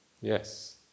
Yes